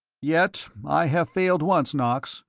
yet i have failed once, knox,